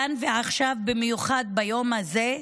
כאן ועכשיו, במיוחד ביום הזה,